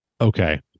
Okay